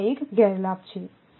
તેથી આ એક ગેરલાભ છે